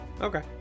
Okay